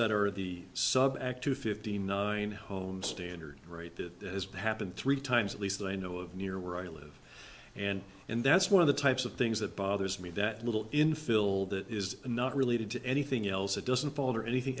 that are the subject to fifty nine homes standard rate that has happened three times at least they know of near where i live and and that's one of the types of things that bothers me that little infill that is not related to anything else it doesn't alter anything